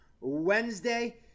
Wednesday